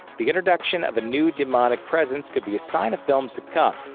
the introduction of a new demonic presence could be a sign of films to come,